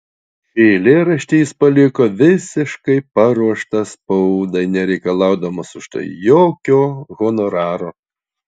šį eilėraštį jis paliko visiškai paruoštą spaudai nereikalaudamas už tai jokio honoraro